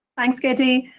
thanks, katie.